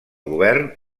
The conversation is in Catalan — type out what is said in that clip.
govern